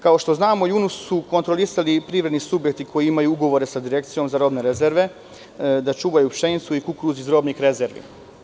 Kao što znamo, u junu su kontrolisani i privredni subjekti koji imaju ugovore sa Direkcijom za robne rezerve da čuvaju pšenicu ili kukuruz iz robnih rezervi.